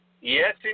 Yes